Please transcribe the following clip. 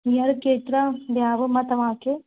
हींअर केतिरा ॾियांव मां तव्हांखे